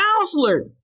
counselor